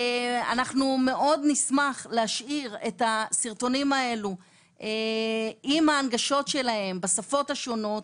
אנחנו מאוד נשמח להשאיר את הסרטונים האלו עם ההנגשות שלהם בשפות השונות,